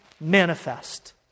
manifest